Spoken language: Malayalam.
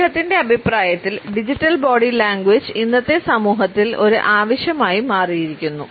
അദ്ദേഹത്തിന്റെ അഭിപ്രായത്തിൽ ഡിജിറ്റൽ ബോഡി ലാംഗ്വേജ് ഇന്നത്തെ സമൂഹത്തിൽ ഒരു ആവശ്യമായി മാറിയിരിക്കുന്നു